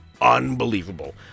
unbelievable